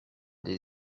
des